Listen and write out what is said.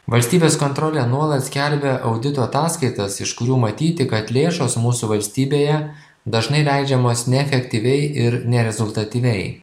valstybės kontrolė nuolat skelbia auditų ataskaitas iš kurių matyti kad lėšos mūsų valstybėje dažnai leidžiamos neefektyviai ir nerezultatyviai